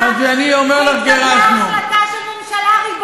אני לא מתבייש.